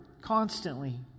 constantly